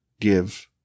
give